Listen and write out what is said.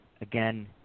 again